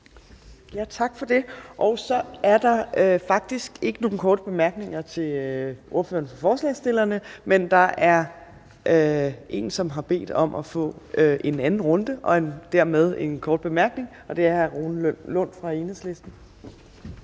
Tak for det. Så er der faktisk ikke nogen korte bemærkninger til ordføreren for forslagsstillerne, men der er en, som har bedt om at få ordet for en anden runde og dermed som ordfører, og det er hr. Rune Lund fra Enhedslisten.